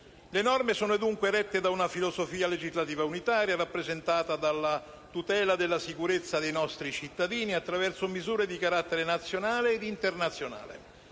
Le norme sono dunque rette da una filosofia legislativa unitaria, rappresentata dalla tutela della sicurezza dei nostri cittadini attraverso misure di carattere nazionale e internazionale.